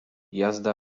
jazda